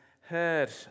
heard